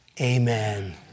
amen